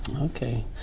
Okay